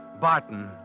Barton